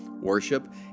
worship